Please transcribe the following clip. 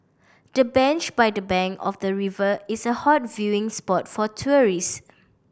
the bench by the bank of the river is a hot viewing spot for tourist